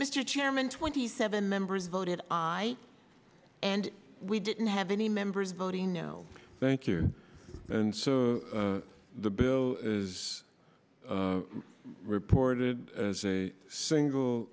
mr chairman twenty seven members voted aye and we didn't have any members voting no thank you and so the bill is reported as a single